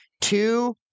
two